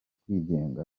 kwigenga